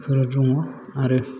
बेफोरो दङ आरो